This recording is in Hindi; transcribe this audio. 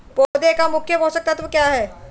पौधे का मुख्य पोषक तत्व क्या हैं?